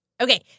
okay